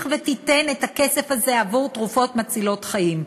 ותיתן את הכסף הזה עבור תרופות מצילות חיים.